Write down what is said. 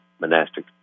monastic